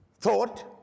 thought